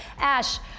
ash